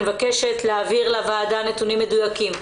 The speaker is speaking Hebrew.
אני מבקשת להעביר לוועדה נתונים מדויקים,